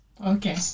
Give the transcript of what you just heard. okay